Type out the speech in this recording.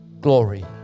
glory